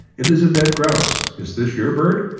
it is a dead grouse. is this your bird?